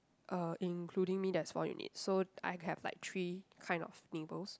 uh including me there's four units so I have like three kind of neighbours